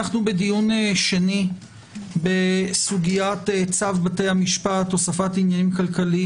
אנחנו בדיון שני בסוגיית צו בתי משפט (הוספת עניינים כלכליים),